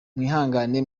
mwihangane